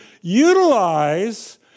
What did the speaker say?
utilize